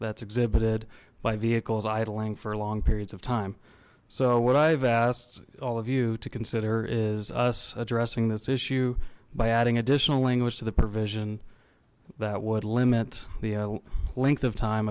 that's exhibited by vehicles idling for long periods of time so what i've asked all of you to consider is us addressing this issue by adding additional language to the provision that would limit the length of time